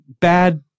bad